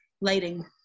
Lighting